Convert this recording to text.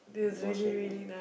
no sharing